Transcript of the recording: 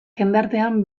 jendartean